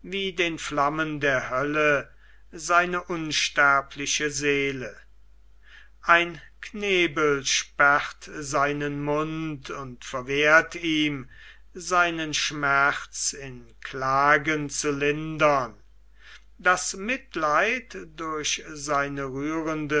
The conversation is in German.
wie den flammen der hölle seine unsterbliche seele ein knebel sperrt seinen mund und verwehrt ihm seinen schmerz in klagen zu lindern das mitleid durch seine rührende